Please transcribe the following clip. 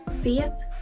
faith